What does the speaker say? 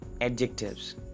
adjectives